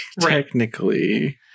technically